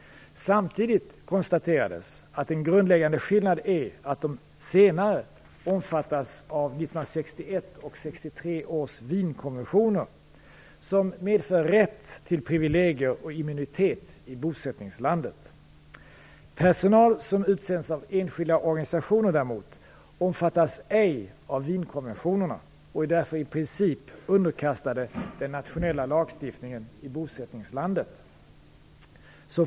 Samtidigt konstaterades att en grundläggande skillnad är att de senare omfattas av Personal som utsänds av enskilda organisationer däremot omfattas ej av Wienkonventionerna och är därför i princip underkastade den nationella lagstiftningen i bosättningslandet.